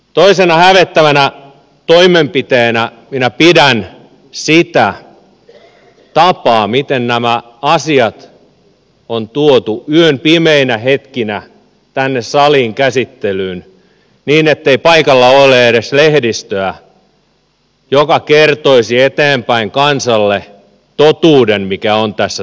toisena hävettävänä toimenpiteenä minä pidän sitä tapaa miten nämä asiat on tuotu yön pimeinä hetkinä tänne saliin käsittelyyn niin ettei paikalla ole edes lehdistöä joka kertoisi eteenpäin kansalle totuuden mikä on tässä takana